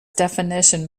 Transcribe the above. definition